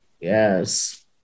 Yes